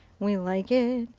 we like it.